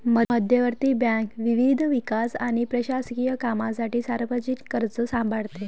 मध्यवर्ती बँक विविध विकास आणि प्रशासकीय कामांसाठी सार्वजनिक कर्ज सांभाळते